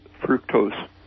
fructose